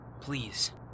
Please